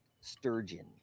sturgeon